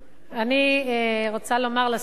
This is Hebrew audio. אני רוצה לומר לשר: